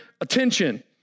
attention